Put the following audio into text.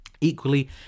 Equally